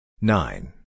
Nine